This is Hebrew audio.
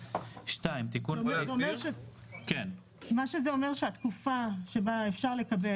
מה שזה אומר שהתקופה שעבורה אפשר לקבל